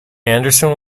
anderson